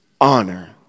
honor